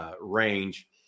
range